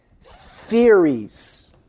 theories